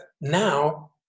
now